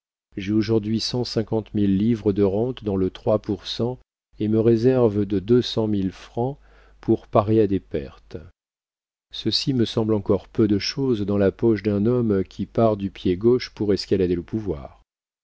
j'ai aujourd'hui cent cinquante mille livres de rente dans le trois pour cent et une réserve de deux cent mille francs pour parer à des pertes ceci me semble encore peu de chose dans la poche d'un homme qui part du pied gauche pour escalader le pouvoir